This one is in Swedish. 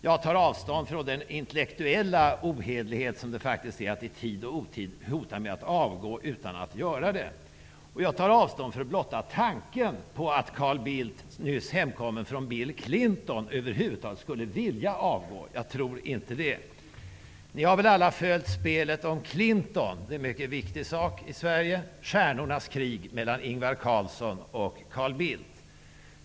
Jag tar avstånd från den intellektuella ohederlighet som det faktiskt är att i tid och otid hota med att avgå utan att göra det. Jag tar avstånd från blotta tanken på att Carl Bildt, nyss hemkommen från Bill Clinton, över huvud taget skulle vilja avgå. Jag tror inte det. Ni har väl alla följt spelet om Clinton, som är en mycket viktig sak i Sverige? Det råder ett stjärnornas krig mellan Ingvar Carlsson och Carl Bildt.